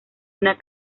una